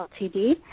LTD